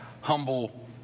humble